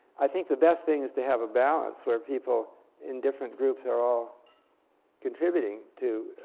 i think the best thing is to have a balance where people in different groups are all contributing to